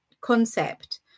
concept